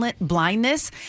blindness